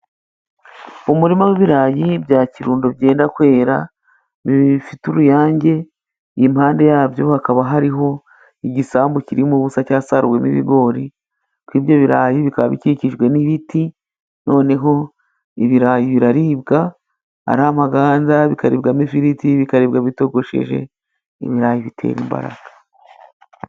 Umurima w'ibirayi bya kirundo byenda kwera bifite uruyange, impande yabyo hakaba hariho igisambu kirimo ubusa cyasaruwemo ibigori, kuri ibyo birarayi bikaba bikikijwe n'ibiti noneho ibirayi biraribwa ari amaganda, bikaribwamo ifiriti, bikaribwa bitogosheje ibirayi ibitera imbaraga.